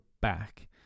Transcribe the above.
back